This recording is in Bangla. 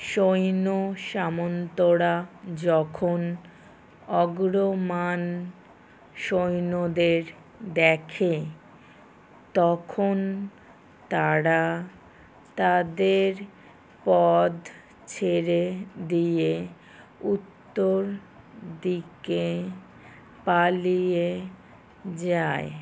সৈন্য সামন্তরা যখন অগ্রমান সৈন্যদের দেখে তখন তারা তাদের পদ ছেড়ে দিয়ে উত্তর দিকে পালিয়ে যায়